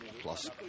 plus